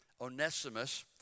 Onesimus